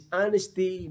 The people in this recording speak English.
honesty